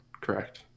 Correct